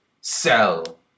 Sell